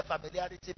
familiarity